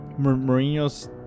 Mourinho's